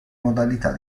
modalità